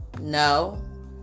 no